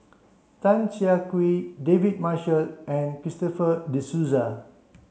Tan Siah Kwee David Marshall and Christopher De Souza